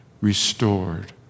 restored